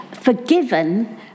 forgiven